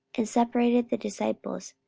and separated the disciples,